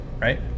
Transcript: right